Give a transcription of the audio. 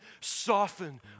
soften